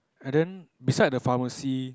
and then beside the pharmacy